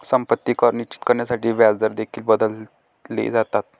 संपत्ती कर निश्चित करण्यासाठी व्याजदर देखील बदलले जातात